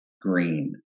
green